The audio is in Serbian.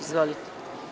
Izvolite.